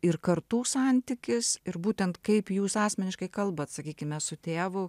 ir kartų santykis ir būtent kaip jūs asmeniškai kalbat sakykime su tėvu